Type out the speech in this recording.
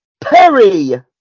Perry